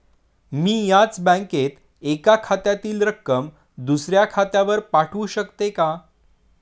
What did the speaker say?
मी याच बँकेत एका खात्यातील रक्कम दुसऱ्या खात्यावर पाठवू शकते का?